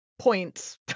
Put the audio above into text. Points